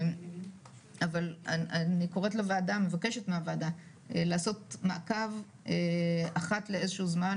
אבל אני קוראת לוועדה ומבקשת מהוועדה לעשות מעקב אחת לאיזה שהוא זמן,